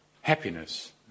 happiness